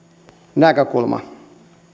näkökulma